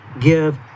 give